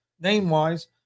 name-wise